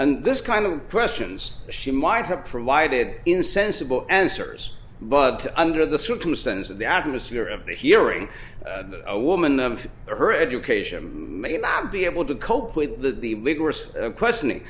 and this kind of questions she might have provided in sensible answers but under the circumstance of the atmosphere of the hearing a woman of her education may not be able to cope with the questioning